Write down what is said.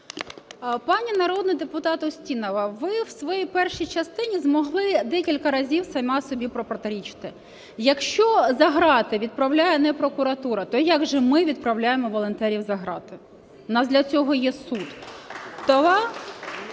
Пані народний депутат Устінова, ви в своїй першій частині змогли декілька разів сама собі протирічити. Якщо за ґрати відправляє не прокуратура, то як же ми відправляємо волонтерів за ґрати? У нас для цього є суд.